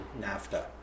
NAFTA